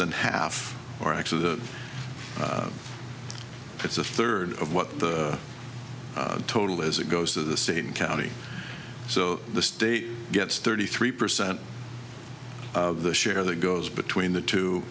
than half or actually the it's a third of what the total is it goes to the same county so the state gets thirty three percent of the share that goes between the two